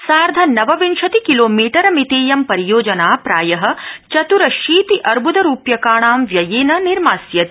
सार्धनवविशतिकिलोमीटर मितर्द्व परियोजना प्राय चतुरशीतिअर्बुदरूप्यकाणो व्ययप्त निर्मास्यति